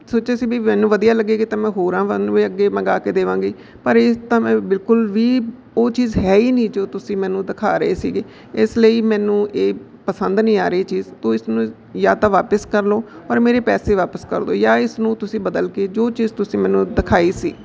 ਸੋਚਿਆ ਸੀ ਵੀ ਮੈਨੂੰ ਵਧੀਆ ਲੱਗੇਗੀ ਤਾਂ ਮੈਂ ਹੋਰਾਂ ਵਾ ਨੂੰ ਵੀ ਅੱਗੇ ਮੰਗਵਾ ਕੇ ਦੇਵਾਂਗੀ ਪਰ ਇਹ ਤਾਂ ਮੈਂ ਬਿਲਕੁਲ ਵੀ ਉਹ ਚੀਜ਼ ਹੈ ਹੀ ਨਹੀਂ ਜੋ ਤੁਸੀਂ ਮੈਨੂੰ ਦਿਖਾ ਰਹੇ ਸੀਗੇ ਇਸ ਲਈ ਮੈਨੂੰ ਇਹ ਪਸੰਦ ਨਹੀਂ ਆ ਰਹੀ ਚੀਜ਼ ਤਾਂ ਇਸਨੂੰ ਜਾਂ ਤਾਂ ਵਾਪਸ ਕਰ ਲਓ ਪਰ ਮੇਰੇ ਪੈਸੇ ਵਾਪਸ ਕਰ ਦਿਉ ਜਾਂ ਇਸ ਨੂੰ ਤੁਸੀਂ ਬਦਲ ਕੇ ਜੋ ਚੀਜ਼ ਤੁਸੀਂ ਮੈਨੂੰ ਦਿਖਾਈ ਸੀ